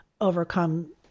overcome